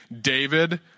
David